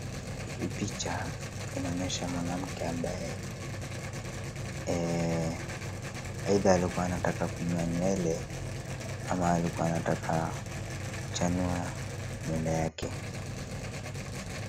Hii picha inaonyesha mwanamke ambaye aidha alikua anataka kunyoa nywele ama alikuwa anataka kuchanua nywele yake.